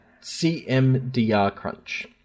CMDRCrunch